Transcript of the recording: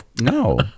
no